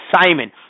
Simon